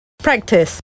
Practice